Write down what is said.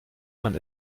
man